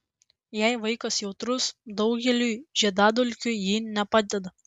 jei vaikas jautrus daugeliui žiedadulkių ji nepadeda